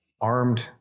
armed